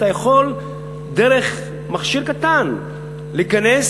אתה יכול דרך מכשיר קטן להיכנס,